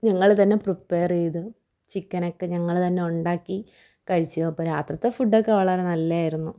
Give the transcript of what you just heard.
ഞങ്ങള് തന്നെ പ്രിപ്പേറീയ്ത് ചിക്കനൊക്ക ഞങ്ങള് തന്നെ ഉണ്ടാക്കി കഴിച്ചു അപ്പോള് രാത്രിത്തെ ഫൂഡൊക്കെ വളരെ നല്ലതായിരുന്നു